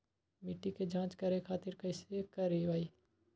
मिट्टी के जाँच करे खातिर कैथी करवाई?